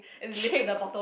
chicks